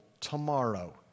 tomorrow